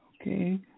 Okay